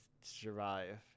survive